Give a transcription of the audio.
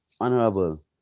honorable